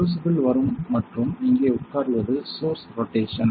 crucible வரும் மற்றும் இங்கே உட்காருவது சோர்ஸ் ரோட்டேஷன்